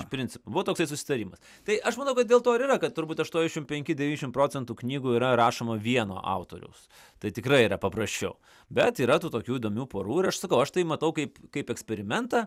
iš principo va toksai susitarimas tai aš manau kad dėl to ir yra kad turbūt aštuoniasdešim penki devyniasdešim procentų knygų yra rašoma vieno autoriaus tai tikrai yra paprasčiau bet yra tų tokių įdomių porų ir aš sakau aš tai matau kaip kaip eksperimentą